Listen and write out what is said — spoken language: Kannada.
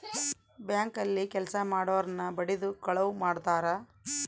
ಬ್ಯಾಂಕ್ ಅಲ್ಲಿ ಕೆಲ್ಸ ಮಾಡೊರ್ನ ಬಡಿದು ಕಳುವ್ ಮಾಡ್ತಾರ